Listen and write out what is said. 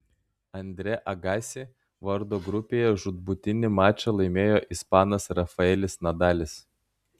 andre agassi vardo grupėje žūtbūtinį mačą laimėjo ispanas rafaelis nadalis